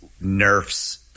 nerfs